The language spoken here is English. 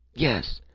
yes!